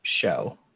show